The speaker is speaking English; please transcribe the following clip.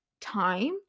time